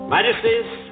Majesties